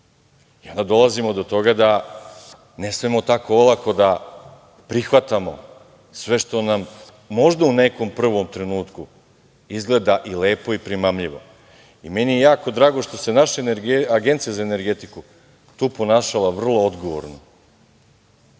I onda dolazimo do toga da ne smemo tako olako da prihvatamo sve što nam možda u nekom prvom trenutku izgleda i lepo i primamljivo. Meni je jako drago što se naša Agencija za energetiku tu ponašala vrlo odgovorno